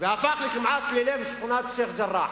והפך כמעט ללב שכונת שיח'-ג'ראח.